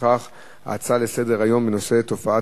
לפיכך ההצעה לסדר-היום בנושא תופעת